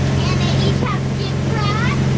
and they each have gift wrap.